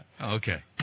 Okay